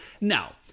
Now